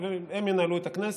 והם ינהלו את הכנסת.